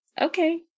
okay